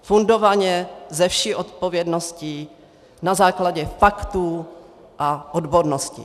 Fundovaně, se vší odpovědností, na základě faktů a odbornosti.